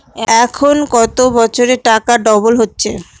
এখন কত বছরে টাকা ডবল হচ্ছে?